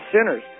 sinners